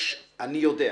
אני יודע,